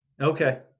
Okay